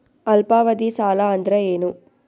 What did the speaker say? ಅಲ್ಪಾವಧಿ ಸಾಲ ಅಂದ್ರ ಏನು?